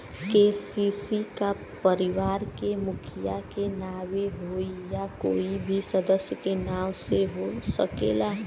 KCC का परिवार के मुखिया के नावे होई या कोई भी सदस्य के नाव से हो सकेला?